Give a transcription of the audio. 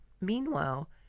Meanwhile